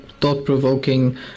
Thought-provoking